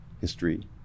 history